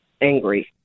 angry